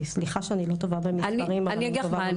סליחה שאני לא טובה במספרים, אבל אני טובה במהות.